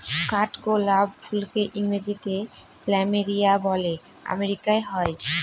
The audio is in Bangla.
কাঠগোলাপ ফুলকে ইংরেজিতে প্ল্যামেরিয়া বলে আমেরিকায় হয়